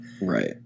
Right